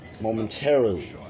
momentarily